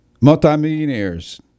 multimillionaires